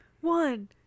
One